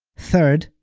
third,